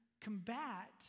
combat